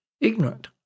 ignorant